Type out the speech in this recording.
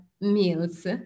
meals